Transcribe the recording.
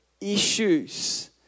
issues